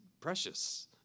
precious